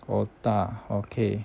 otah okay